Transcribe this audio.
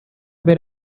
bit